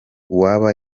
uwaba